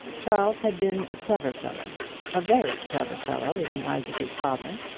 charles had been a clever fellow a very clever fellow in the eyes of his father.